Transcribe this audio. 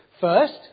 First